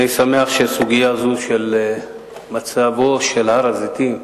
אני שמח שסוגיה זו של מצבו של הר-הזיתים,